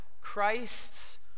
Christ's